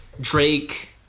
Drake